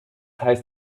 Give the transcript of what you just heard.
heißt